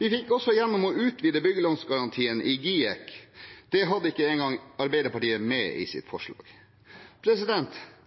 Vi fikk også gjennom å utvide byggelånsgarantien i GIEK. Det hadde ikke engang Arbeiderpartiet med i sitt